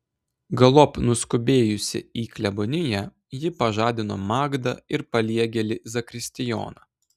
galop nuskubėjusi į kleboniją ji pažadino magdą ir paliegėlį zakristijoną